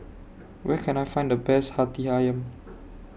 Where Can I Find The Best Hati Ayam